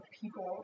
people